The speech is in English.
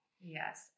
Yes